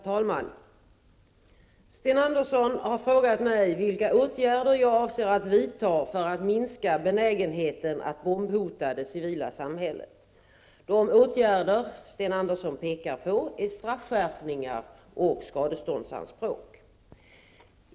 Herr talman! Sten Andersson i Malmö har frågat mig vilka åtgärder jag avser att vidta för att minska benägenheten att bombhota det civila samhället. De åtgärder Sten Andersson pekar på är straffskärpningar och skadeståndsanspråk.